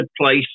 place